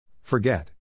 Forget